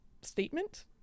statement